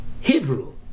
Hebrew